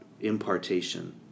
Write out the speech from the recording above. impartation